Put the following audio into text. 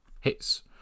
hits